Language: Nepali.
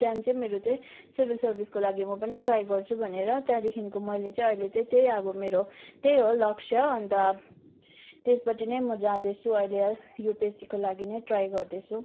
त्यहाँदेखि चाहिँ मेरो चाहिँ सिभिल सर्भिसको लागि म पनि ट्राई गर्छु भनेर त्यहाँदेखिको मैले चाहिँ अहिले चाहिँ त्यही अब मेरो त्यही हो लक्ष्य अन्त त्यसपट्टि नै म जाँदैछु अहिले है युपिएससीको लागि नै ट्राई गर्दैछु